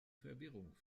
verwirrung